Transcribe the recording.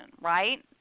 right